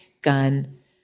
gun